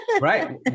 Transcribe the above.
Right